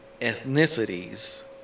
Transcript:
ethnicities